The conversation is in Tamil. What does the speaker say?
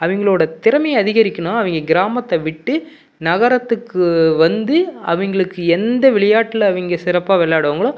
அவங்களோட திறமையை அதிகரிக்கணும்னா அவங்க கிராமத்தை விட்டு நகரத்துக்கு வந்து அவங்களுக்கு எந்த விளையாட்டில் அவங்க சிறப்பாக விளாடுவாங்களோ